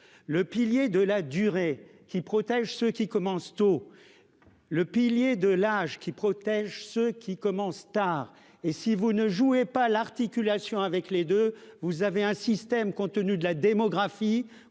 Le pilier de la durée qui protège ceux qui commencent tôt. Le pilier de l'âge qui protège ceux qui commence tard et si vous ne jouez pas l'articulation avec les deux, vous avez un système compte tenu de la démographie,